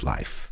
Life